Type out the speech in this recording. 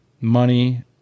money